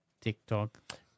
tiktok